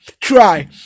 Try